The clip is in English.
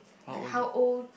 like how old